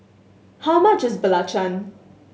how much is belacan